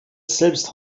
selbst